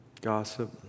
gossip